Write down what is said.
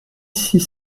six